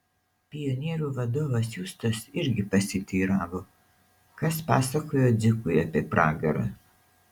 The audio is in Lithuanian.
pionierių vadovas justas irgi pasiteiravo kas pasakojo dzikui apie pragarą